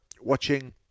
watching